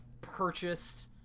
purchased